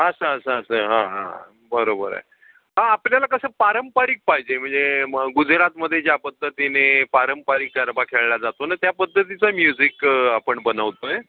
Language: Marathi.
असं असं असं हां हां बरोबर आहे हां आपल्याला कसं पारंपरिक पाहिजे म्हणजे म गुजरातमध्ये ज्या पद्धतीने पारंपरिक गरबा खेळला जातो ना त्या पद्धतीचा म्युझिक आपण बनवतो आहे